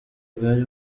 bwari